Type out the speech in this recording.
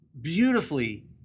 beautifully